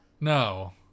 No